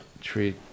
treat